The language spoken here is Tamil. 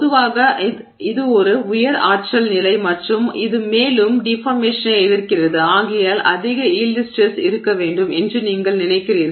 பொதுவாக இது ஒரு உயர் ஆற்றல் நிலை மற்றும் இது மேலும் டிஃபார்மேஷனை எதிர்க்கிறது ஆகையால் அதிக யீல்டு ஸ்ட்ரெஸ் இருக்க வேண்டும் என்று நீங்கள் நினைக்கிறீர்கள்